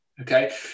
okay